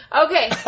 Okay